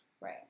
Right